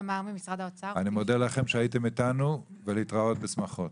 אני מודה לכם שהייתם איתנו ולהתראות בשמחות.